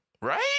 right